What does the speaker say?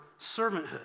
servanthood